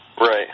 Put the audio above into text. Right